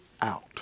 out